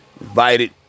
invited